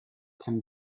can